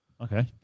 okay